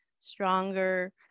stronger